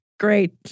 Great